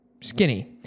skinny